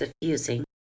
diffusing